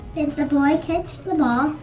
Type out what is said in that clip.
the boy catch the ball?